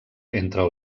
entre